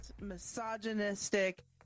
Misogynistic